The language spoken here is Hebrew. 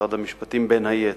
משרד המשפטים, בין היתר.